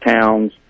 towns